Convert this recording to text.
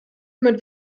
mit